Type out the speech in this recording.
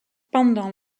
pendant